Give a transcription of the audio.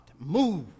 move